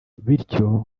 bityo